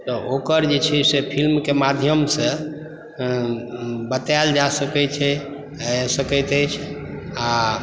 तऽ ओकर जे छै से फिल्म के माध्यमसँ बाताएल जा सकैत अछि आ